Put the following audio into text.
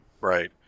Right